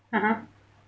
(uh huh)